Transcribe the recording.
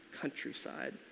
countryside